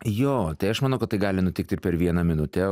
jo tai aš manau kad tai gali nutikti ir per vieną minutę